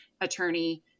Attorney